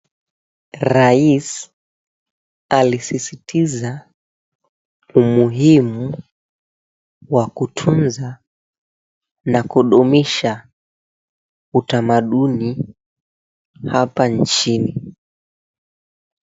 Rais alisisitiza umuhimu wa kutunza na kudumisha utamaduni hapa nchini.